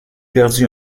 perdit